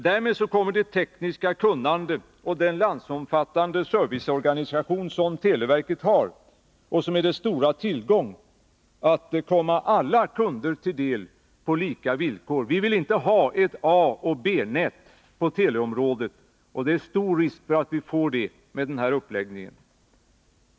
Därmed kommer det tekniska kunnande och den landsomfattande serviceorganisation som televerket har och som är dess stora tillgång att komma alla kunder till del på lika villkor. Vi vill inte ha ett A och ett B-nät på teleområdet. Och det är stor risk att vi får det med den här uppläggningen.